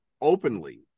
openly